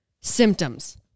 symptoms